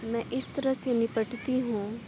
میں اِس طرح سے نپٹتی ہوں